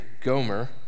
Gomer